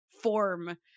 form